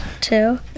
Two